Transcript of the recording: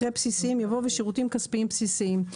אחרי "בסיסיים" יבוא "ושירותים כספיים בסיסיים";